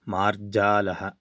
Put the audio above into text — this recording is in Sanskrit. मार्जालः